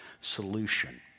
solution